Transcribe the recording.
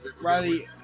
Riley